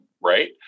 right